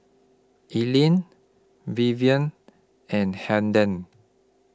Elaine Vivienne and Hayden